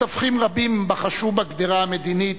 מתווכים רבים בחשו בקדירה המדינית,